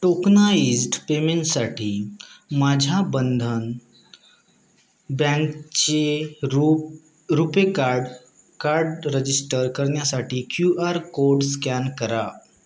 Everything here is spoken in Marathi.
टोकनाइज्ड पेमेंटसाठी माझ्या बंधन बँकचे रू रुपे कार्ड कार्ड रजिस्टर करण्यासाठी क्यू आर कोड स्कॅन करा